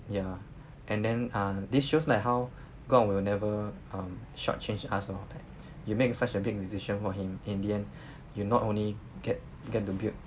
ya and then err this shows like how god will never um shortchange us lor like you make such a big decision for him in the end you not only get get to build